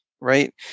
right